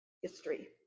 history